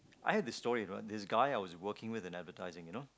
I have this story you know this guy I was working with and advertising you know